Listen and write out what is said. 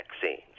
vaccines